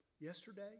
yesterday